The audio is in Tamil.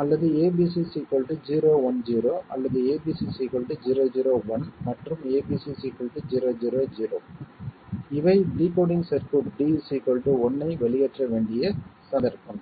அல்லது abc 010 அல்லது abc 001 மற்றும் abc 000 இவை டிகோடிங் சர்க்யூட் d 1 ஐ வெளியேற்ற வேண்டிய சந்தர்ப்பங்கள்